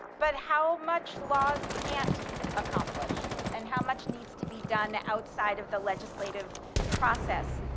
but how much laws can't accomplish and how much needs to be done outside of the legislative process.